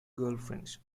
girlfriends